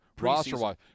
roster-wise